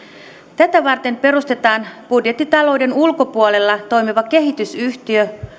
tätä varten perustetaan budjettitalouden ulkopuolella toimiva kehitysyhtiö